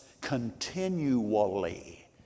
continually